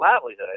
livelihood